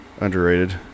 underrated